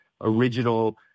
original